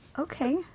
okay